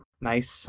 nice